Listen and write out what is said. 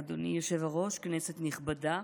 אדוני היושב-ראש, כנסת נכבדה,